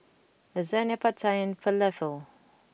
Lasagne Pad Thai and Falafel